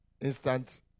instant